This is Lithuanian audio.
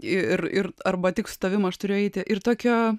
ir ir arba tik su tavim aš turiu eiti ir tokio